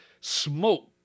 smoke